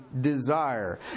desire